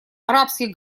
арабских